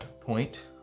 point